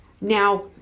Now